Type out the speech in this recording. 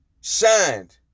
shined